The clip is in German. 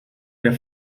der